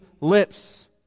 lips